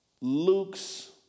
Luke's